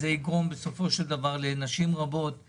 זה יגרום לנשים רבות לא לצאת לעבודה,